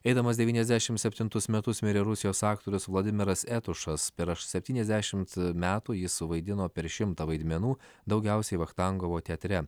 eidamas devyniasdešimy septintus metus mirė rusijos aktorius vladimiras etušas per septyniasdešim metų jis suvaidino per šimtą vaidmenų daugiausiai vachtangovo teatre